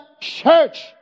church